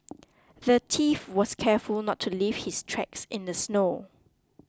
the thief was careful not to leave his tracks in the snow